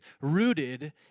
rooted